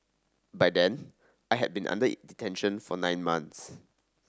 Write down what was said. by then I had been under detention for nine months